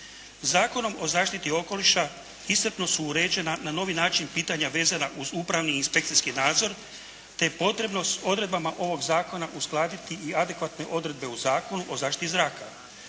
Zakonom o zaštiti okoliša iscrpno su uređena na novi način pitanja vezana uz upravni i inspekcijski nadzor te je potrebno s odredbama ovog zakona uskladiti i adekvatne odredbe u Zakonu o zaštiti zraka.